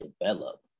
develop